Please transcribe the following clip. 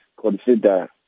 consider